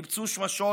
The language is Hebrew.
ניפצו שמשות,